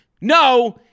No